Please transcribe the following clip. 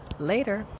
Later